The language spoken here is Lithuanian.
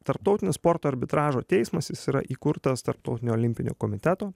tarptautinis sporto arbitražo teismas jis yra įkurtas tarptautinio olimpinio komiteto